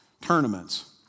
tournaments